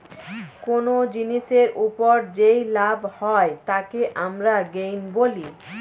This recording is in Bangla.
কোন জিনিসের ওপর যেই লাভ হয় তাকে আমরা গেইন বলি